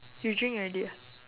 you drink already ah